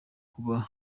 nkaba